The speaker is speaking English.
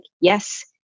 yes